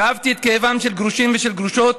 כאבתי את כאבם של גרושים ושל גרושות,